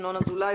ינון אזולאי,